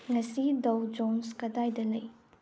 ꯉꯁꯤ Dow Jones ꯀꯗꯥꯏꯗ ꯂꯩ